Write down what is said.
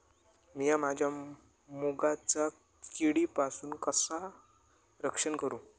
मीया माझ्या मुगाचा किडीपासून कसा रक्षण करू?